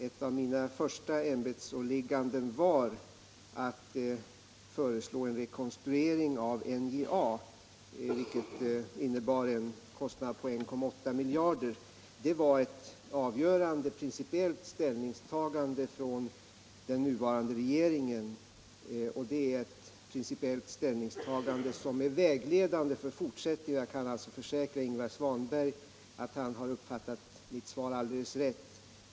Ett av mina första ämbetsåligganden var att föreslå en rekonstruktion av NJA, vilket innebar en kostnad på 1,8 miljarder kronor. Det var ett avgörande principiellt ställningstagande av den nuvarande regeringen, och det är ett principiellt ställningstagande som är vägledande för fortsättningen. Jag kan alltså försäkra Ingvar Svanberg att han har uppfattat mitt svar på ett riktigt sätt.